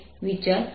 B0 છે